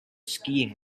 skiing